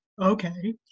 okay